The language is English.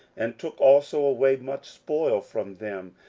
and took also away much spoil from them,